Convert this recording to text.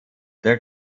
der